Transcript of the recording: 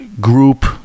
group